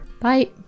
Bye